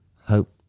Hope